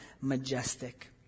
majestic